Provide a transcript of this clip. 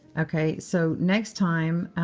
ok. so next time,